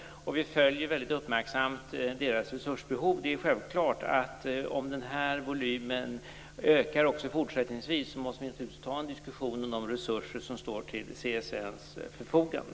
Vi följer mycket uppmärksamt CSN:s resursbehov. Om den här volymen ökar också fortsättningsvis måste vi självfallet ta en diskussion om de resurser som står till CSN:s förfogande.